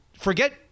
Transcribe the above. forget